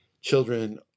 Children